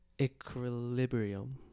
equilibrium